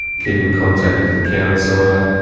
keep in contact with your counsellor,